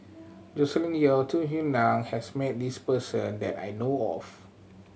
Joscelin Yeo Tung Yue Nang has met this person that I know of